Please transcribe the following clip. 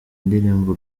indirimbo